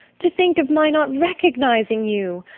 to think of my not recognising you!